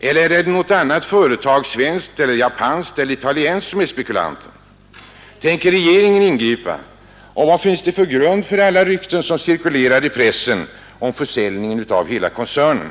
eller är det något annat företag, svenskt eller japanskt eller italienskt, som är spekulanten? Tänker regeringen ingripa? Och vad finns det för grund för alla rykten som cirkulerar i pressen om försäljning av hela koncernen?